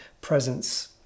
presence